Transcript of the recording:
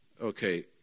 Okay